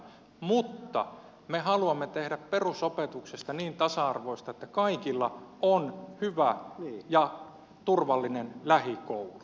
mutta me haluamme tehdä perusopetuksesta niin tasa arvoista että kaikilla on hyvä ja turvallinen lähikoulu